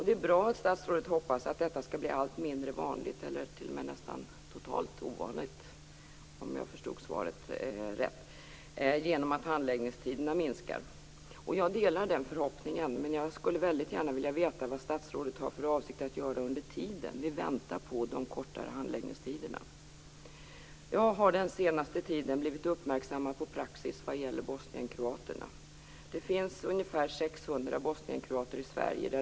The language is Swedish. Det är bra att statsrådet hoppas att detta skall bli allt mindre vanligt, eller t.o.m. nästan totalt ovanligt om jag förstod svaret rätt, genom att handläggningstiderna minskar. Jag delar den förhoppningen, men jag skulle väldigt gärna vilja veta vad statsrådet har för avsikt att göra under tiden vi väntar på de kortare handläggningstiderna. Under den senaste tiden har jag blivit uppmärksammad på praxis vad gäller bosnienkroaterna. Det finns ungefär 600 bosnienkroater i Sverige.